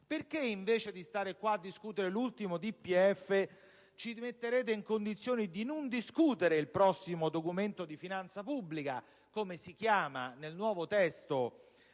Perché, invece di stare qua a discutere l'ultimo DPEF, ci metterete in condizione di non discutere il prossimo Documento di finanza pubblica (come si chiama nel nuovo testo